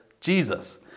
Jesus